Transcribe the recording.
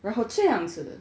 然后这样子